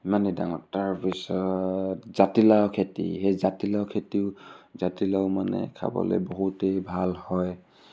ইমানেই ডাঙৰ তাৰপিছত জাতিলাও খেতি সেই জাতিলাও খেতিও জাতিলাও মানে খাবলৈ বহুতেই ভাল হয়